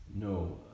No